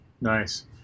Nice